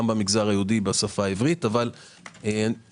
במגזר היהודי בשפה העברית אבל לתפיסתי,